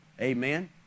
amen